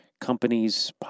companies